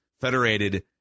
Federated